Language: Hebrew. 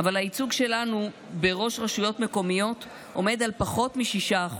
אבל הייצוג שלנו בראש רשויות מקומיות עומד על פחות מ-6%.